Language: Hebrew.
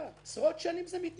עשרות שנים זה מתנהל